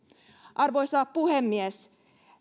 arvoisa puhemies